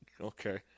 Okay